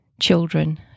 children